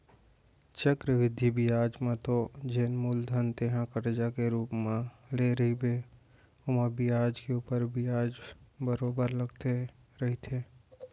चक्रबृद्धि बियाज म तो जेन मूलधन तेंहा करजा के रुप म लेय रहिबे ओमा बियाज के ऊपर बियाज बरोबर लगते रहिथे